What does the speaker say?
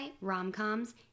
rom-coms